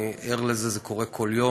אני ער לזה, זה קורה כל יום.